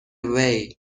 away